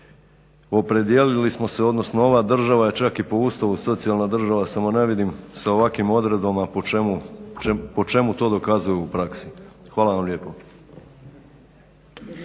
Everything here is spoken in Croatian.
opredijelili smo se odnosno ova država je čak i po Ustavu socijalna država, samo ne vidim sa ovakvim odredbama po čemu to dokazuje u praksi. Hvala vam lijepo.